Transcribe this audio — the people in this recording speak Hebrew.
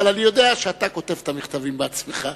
אבל אני יודע שאתה כותב את המכתבים בעצמך.